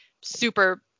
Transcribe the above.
super